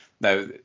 Now